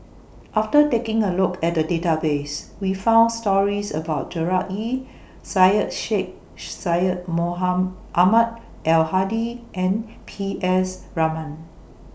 after taking A Look At The Database We found stories about Gerard Ee Syed Sheikh Syed Ahmad Al Hadi and P S Raman